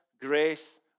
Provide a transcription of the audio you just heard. grace